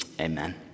Amen